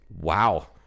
Wow